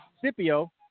Scipio